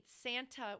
Santa